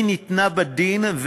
היא ניתנה בדין,